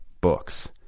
Books